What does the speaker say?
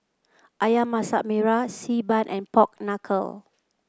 ayam Masak Merah Xi Ban and Pork Knuckle